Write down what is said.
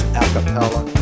acapella